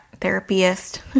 therapist